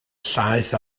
llaeth